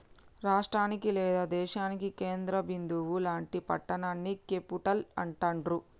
రాష్టానికి లేదా దేశానికి కేంద్ర బిందువు లాంటి పట్టణాన్ని క్యేపిటల్ అంటాండ్రు